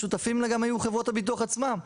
השותפים לה גם היו חברות הביטוח עצמן.